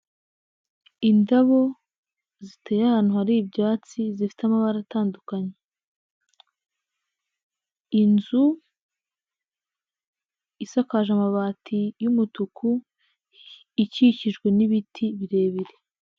Indabo ziteye ahantu hari ibyatsi zifite amabara atandukanye, inzu isakaje amabati y'umutuku ikikijwe n'ibiti birebire.